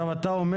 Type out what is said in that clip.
אתה אומר